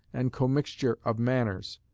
and commixture of manners.